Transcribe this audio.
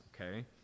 okay